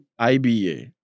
IBA